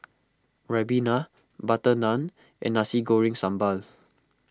Ribena Butter Naan and Nasi Goreng Sambal